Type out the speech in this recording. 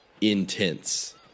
intense